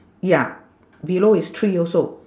ya below is three also